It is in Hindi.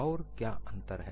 और क्या अंतर है